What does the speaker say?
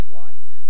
light